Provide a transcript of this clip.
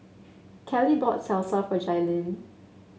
Keli bought Salsa for Jailene